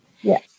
Yes